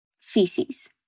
feces